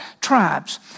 tribes